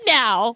now